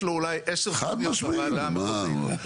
יש לו אולי עשר תוכניות בוועדה המחוזית.